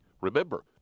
Remember